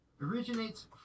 originates